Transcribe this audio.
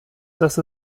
dass